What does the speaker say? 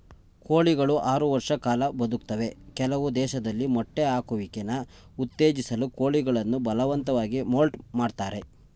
ಕೋಳಿಗಳು ಆರು ವರ್ಷ ಕಾಲ ಬದುಕ್ತವೆ ಕೆಲವು ದೇಶದಲ್ಲಿ ಮೊಟ್ಟೆ ಹಾಕುವಿಕೆನ ಉತ್ತೇಜಿಸಲು ಕೋಳಿಗಳನ್ನು ಬಲವಂತವಾಗಿ ಮೌಲ್ಟ್ ಮಾಡ್ತರೆ